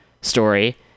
story